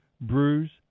bruise